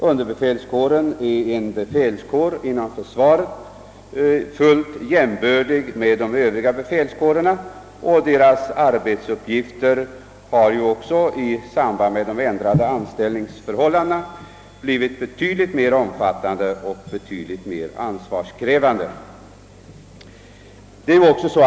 Underbefälskåren är inom försvaret en befälskår, fullt jämbördig med övriga befälskårer, och dess arbetsuppgifter har också i samband med de ändrade anställningsförhållandena blivit mera omfattande och betydligt mera ansvarskrävande än förr.